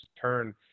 turn